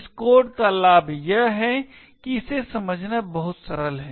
इस कोड का लाभ यह है कि इसे समझना बहुत सरल है